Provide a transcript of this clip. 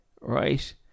right